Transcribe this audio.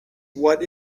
what